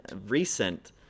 recent